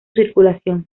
circulación